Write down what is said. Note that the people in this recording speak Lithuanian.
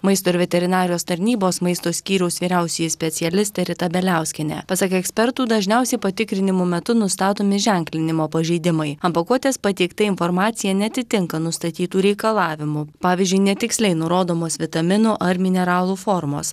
maisto ir veterinarijos tarnybos maisto skyriaus vyriausioji specialistė rita beliauskienė pasak ekspertų dažniausiai patikrinimų metu nustatomi ženklinimo pažeidimai ant pakuotės pateikta informacija neatitinka nustatytų reikalavimų pavyzdžiui netiksliai nurodomos vitaminų ar mineralų formos